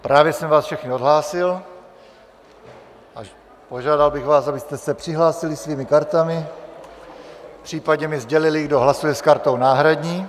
Právě jsem vás všechny odhlásil a požádal bych vás, abyste se přihlásili svými kartami, případně mi sdělili, kdo hlasuje s kartou náhradní.